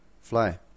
Fly